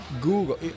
Google